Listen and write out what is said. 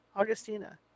Augustina